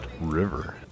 River